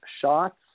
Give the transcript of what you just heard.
shots